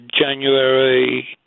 January